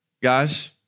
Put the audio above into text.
guys